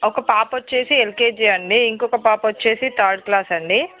ఒక పాప వచ్చి ఎల్కేజి అండి ఇంకోక పాప వచ్చి థర్డ్ క్లాస్ అండి